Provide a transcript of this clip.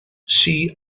see